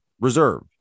reserve